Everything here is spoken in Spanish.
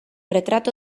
retrato